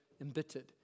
embittered